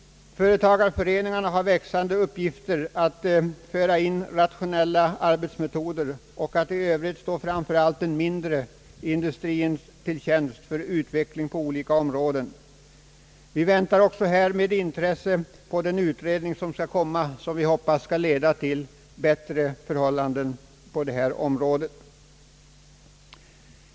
Företagarföreningarna har växande uppgifter att föra in rationella arbetsmetoder och att i övrigt stå framför allt den mindre industrien till tjänst för utveckling på olika områden. Vi väntar med intresse på den utredning som skall komma och som vi hoppas skall leda till bättre förhållanden på det här området.